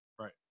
Right